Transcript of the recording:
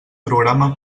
programa